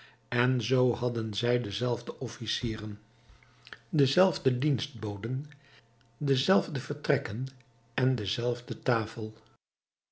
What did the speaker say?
en zoo hadden zij de zelfde officieren de zelfde dienstboden de zelfde vertrekken en de zelfde tafel